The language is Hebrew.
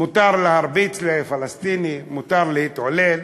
מותר להרביץ לפלסטיני, מותר להתעלל,